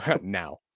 Now